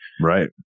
Right